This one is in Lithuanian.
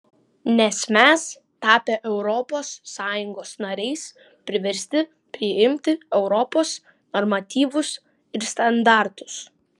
nes mes tapę europos sąjungos nariais priversti priimti europos normatyvus ir standartus